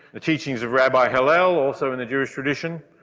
the teachings of rabbi hillel also in the jewish tradition.